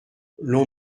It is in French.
l’on